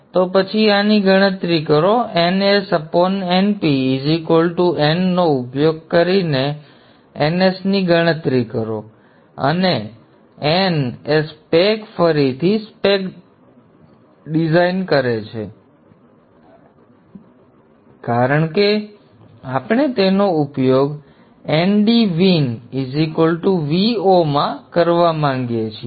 ત્યાર પછી આની ગણતરી કરો NsNp n નો ઉપયોગ કરીને Ns ની ગણતરી કરો અને n એ spec ફરીથી spec ડિઝાઇન કરે છે કારણ કે આપણે તેનો ઉપયોગ ndVin Vo માં કરવા માંગીએ છીએ